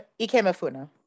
Ikemefuna